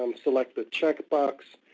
um select the check box,